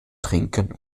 trinken